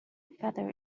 feather